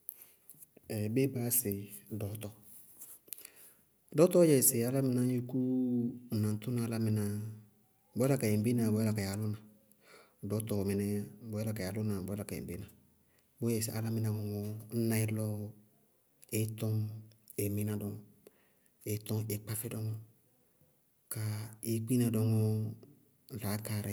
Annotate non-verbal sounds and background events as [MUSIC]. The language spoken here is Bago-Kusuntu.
[HESITATION] béé baá yá sɩ dɔɔtɔ? Dɔɔtɔɔ dzɛ ñ yúkú ŋ naŋtʋ álámɩnáá, bʋʋ yála ka yɛ ŋbénaá bʋʋ yála ka yɛ álʋna. Dɔɔtɔ wɛ mɩnɛɛ yá bʋʋ yála ka yɛ álʋna bʋʋ yála ka yɛ ŋbéna. Bʋyɛ sɩ álámɩná ŋʋ ŋ nayɛ lɔɔ ɩí tɔŋ ɩí mɩna dɔñɔ, ɩí tɔñ ɩí kpá fɛ dɔŋɔ bʋká ɩí kpina dɔŋɔ laákaarɩ